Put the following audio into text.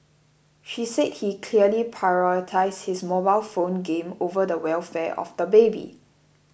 she said he clearly prioritised his mobile phone game over the welfare of the baby